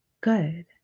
Good